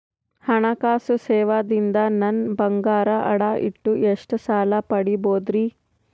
ಹಣಕಾಸು ಸೇವಾ ದಿಂದ ನನ್ ಬಂಗಾರ ಅಡಾ ಇಟ್ಟು ಎಷ್ಟ ಸಾಲ ಪಡಿಬೋದರಿ?